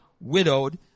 widowed